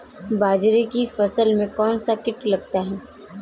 बाजरे की फसल में कौन सा कीट लगता है?